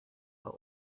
the